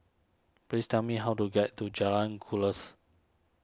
please tell me how to get to Jalan Kuras